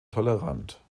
tolerant